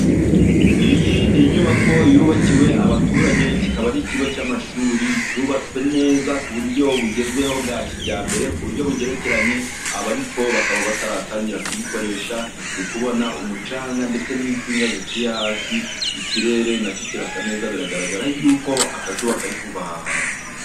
Iyi ni inyubako yubakiwe abaturage. Kikaba ari ikigo cy'amashuri cyubatswe neza ku buryo bugezweho bwa kijyambere, ku buryo bugerekeranye, aba ariko bakaba bataratangira kugikoresha ribona umucanga ndetse n'insinga ziciye hasi ikirere nacyo kirasa neza. Biragaragara yuko akazuba kari kuva aha hantu.